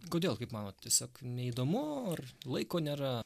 kodėl kaip manot tiesiog neįdomu ar laiko nėra